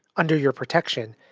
under your protect ion,